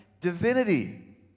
divinity